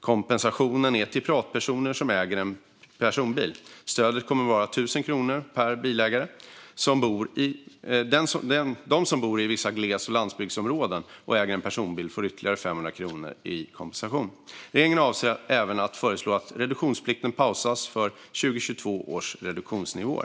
Kompensationen är till privatpersoner som äger en personbil. Stödet kommer att vara 1 000 kronor per bilägare. De som bor i vissa gles och landsbygdsområden och äger en personbil får ytterligare 500 kronor i kompensation. Regeringen avser även att föreslå att reduktionsplikten pausas på 2022 års reduktionsnivåer.